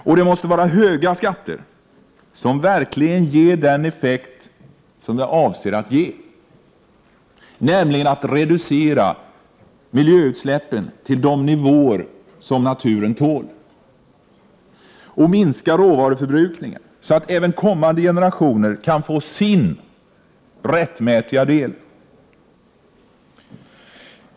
Och det måste vara höga skatter som verkligen ger den effekt som avses, nämligen att reducera miljöutsläppen till de nivåer som naturen tål och minska råvaruförbrukningen så att även kommande generationer kan få sin rättmätiga del.